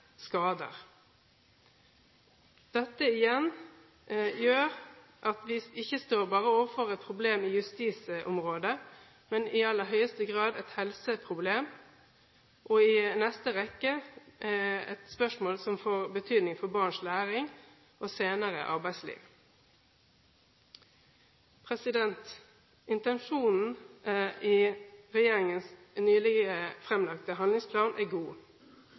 Dette igjen gjør at vi ikke bare står overfor et problem på justisområdet. Det er i aller høyeste grad et helseproblem, og i neste omgang et spørsmål som kan få betydning for barns læring og senere arbeidsliv. Intensjonen i regjeringens nylig fremlagte handlingsplan er god,